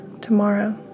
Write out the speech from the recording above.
tomorrow